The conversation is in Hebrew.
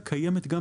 זה לא